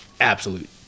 absolute